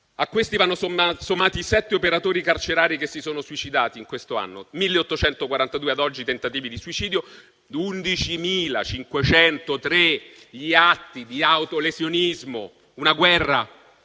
A questi vanno sommati sette operatori carcerari che si sono suicidati in questo anno. Sono stati 1.842, a oggi, i tentativi di suicidio e 11.503 gli atti di autolesionismo. Una guerra.